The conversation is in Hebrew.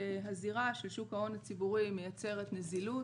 הזירה של שוק ההון הציבורי מייצרת נזילות.